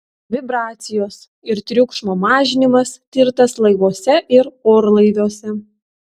vibracijos ir triukšmo mažinimas tirtas laivuose ir orlaiviuose